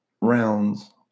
rounds